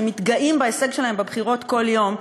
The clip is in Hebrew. שמתגאים בהישג שלהם בבחירות כל יום,